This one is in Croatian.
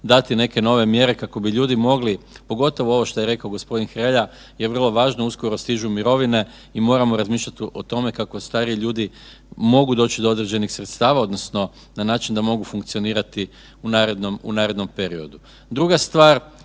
dati neke nove mjere kako bi ljudi mogli, pogotovo ovo što je rekao gospodin Hrelja je vrlo važno, uskoro stižu mirovine i moramo razmišljati o tome kako stariji ljudi mogu doći do određenih sredstava odnosno na način da mogu funkcionirati u narednom periodu. Druga stvar,